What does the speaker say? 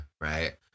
right